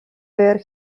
were